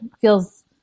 Feels